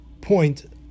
point